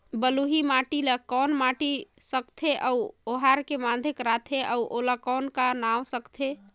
बलुही माटी ला कौन माटी सकथे अउ ओहार के माधेक राथे अउ ओला कौन का नाव सकथे?